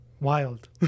wild